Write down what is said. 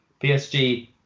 PSG